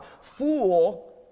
Fool